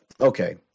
okay